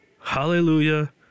Hallelujah